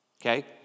Okay